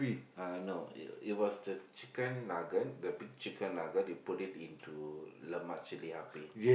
uh no it was the chicken nugget the big chicken nugget you put it into lemak chilli api